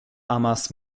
amas